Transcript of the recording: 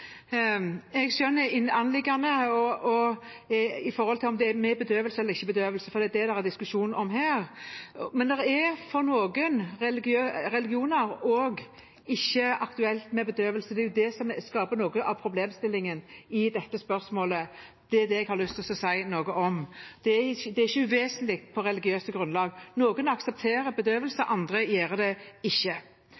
Jeg skjønner anliggendet i forhold til om det er med bedøvelse eller uten bedøvelse, for det er det det er diskusjon om. Det er for noen religioner ikke aktuelt med bedøvelse, og det er det som skaper noe av problemstillingen i dette spørsmålet. Det er det jeg har lyst til å si noe om. Det er ikke uvesentlig på religiøst grunnlag. Noen aksepterer bedøvelse